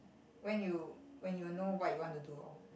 when you when you know what you want to do lor